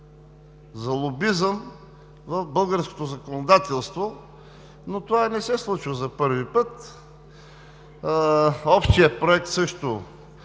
за лобизъм в българското законодателство – не се случва за първи път. Общият проект има